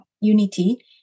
unity